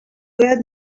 where